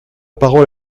parole